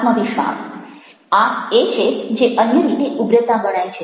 આ એ છે જે અન્ય રીતે ઉગ્રતા ગણાય છે